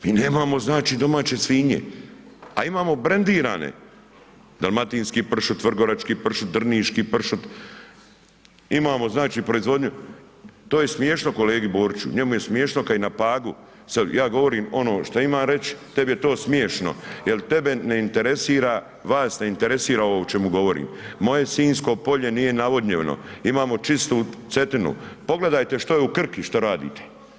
Mi nemamo znači domaće svinje a imamo brendirani dalmatinski pršut, vrgorački pršut, drniški pršut, imamo znači proizvodnju, to je smiješno kolegi Borići, njemu je smiješno kad je na Pagu, ja govorim ono šta imam reć, tebi je to smiješno jer tebe ne interesira, vas ne interesira ovo o čemu govorim, moje Sinjsko polje nije navodnjeno, imamo čistu Cetinu, pogledajte što je u Krki, što radite.